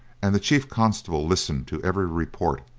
and the chief constable listened to every report,